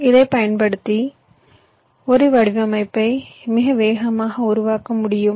இதைப் பயன்படுத்தி ஒரு வடிவமைப்பை மிக வேகமாக உருவாக்க முடியும்